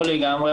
לא לגמרי,